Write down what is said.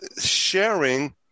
sharing